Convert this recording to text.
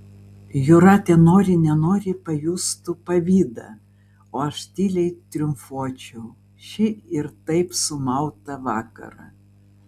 jūratė nori nenori pajustų pavydą o aš tyliai triumfuočiau šį ir taip sumautą vakarą